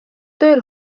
tööl